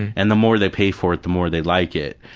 and the more they pay for it, the more they like it.